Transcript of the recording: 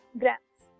grams